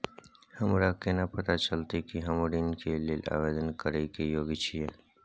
हमरा केना पता चलतई कि हम ऋण के लेल आवेदन करय के योग्य छियै?